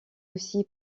aussi